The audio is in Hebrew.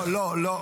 לא, לא.